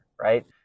right